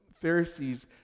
Pharisees